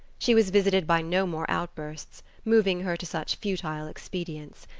she was visited by no more outbursts, moving her to such futile expedients.